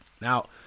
Now